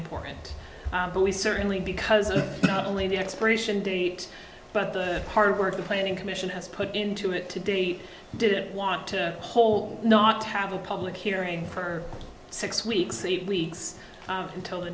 important but we certainly because of not only the expiration date but the hard work the planning commission has put into it to date didn't want to hold not to have a public hearing for six weeks eight weeks until the